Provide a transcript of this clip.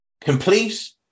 complete